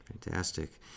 Fantastic